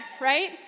right